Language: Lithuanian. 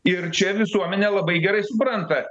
ir čia visuomenė labai gerai supranta